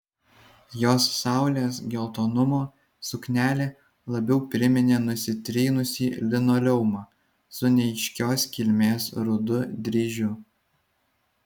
jos saulės geltonumo suknelė labiau priminė nusitrynusį linoleumą su neaiškios kilmės rudu dryžiu